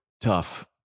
tough